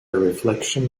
reflection